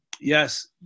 Yes